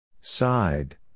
Side